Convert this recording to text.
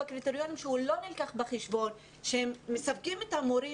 בקריטריונים לא נלקח בחשבון שמספקים את המורים